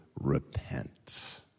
repent